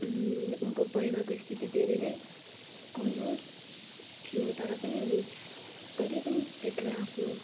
उनको परिवारको स्थिति धेरै नै कमजोर थियो तर पनि उनी कहिल्यै पनि त्यसलाई आफ्नो